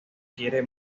quiere